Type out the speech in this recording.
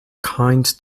kind